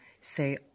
say